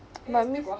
but